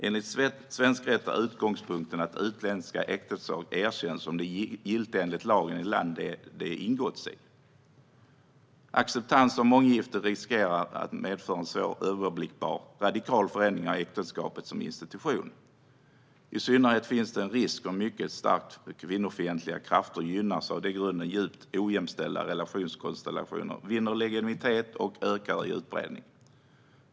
Enligt svensk rätt är utgångspunkten att utländska äktenskap erkänns om de är giltiga enligt lagen i det land de har ingåtts i. Acceptans av månggifte riskerar att skapa en svåröverblickbar och radikal förändring av äktenskapet som institution. I synnerhet finns det en risk för att mycket starka kvinnofientliga krafter gynnas av att i grunden djupt ojämställda relationskonstellationer vinner legitimitet och ökar i utbredning.